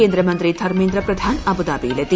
കേന്ദ്രമന്ത്രി ധർമേന്ദ്ര പ്രധാൻ അബുദാബിയിൽ എത്തി